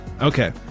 okay